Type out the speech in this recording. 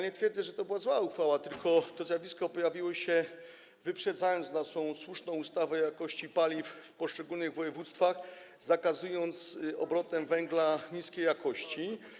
Nie twierdzę, że to była zła uchwała, tylko to zjawisko pojawiło się, wyprzedziło naszą słuszną ustawę o jakości paliw w poszczególnych województwach, jeżeli chodzi o zakaz obrotu węgla niskiej jakości.